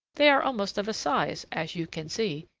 they are almost of a size, as you can see.